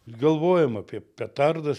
galvojam apie petardas